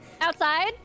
outside